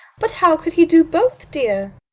but how could he do both, dear?